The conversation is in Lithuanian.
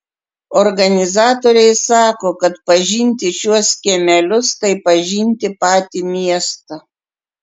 organizatoriai sako kad pažinti šiuos kiemelius tai pažinti patį miestą